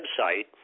website